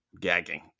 gagging